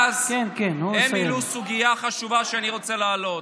הם העלו סוגיה חשובה, שאני רוצה להעלות.